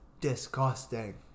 Disgusting